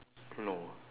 no